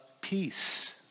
peace